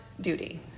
duty